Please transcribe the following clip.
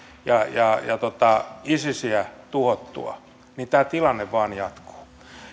ja isisiä tuhottua niin tämä tilanne vain